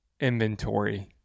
inventory